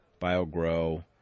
BioGrow